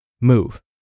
move